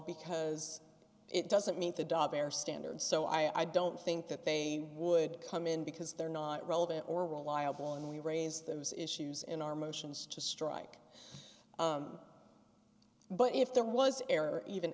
because it doesn't meet the da bear standard so i don't think that they would come in because they're not relevant or reliable and we raise those issues in our motions to strike but if there was error even